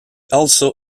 also